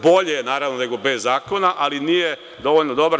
Bolje je naravno nego bez zakona, ali nije dovoljno dobar.